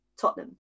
Tottenham